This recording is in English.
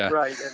right, yeah